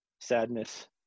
sadness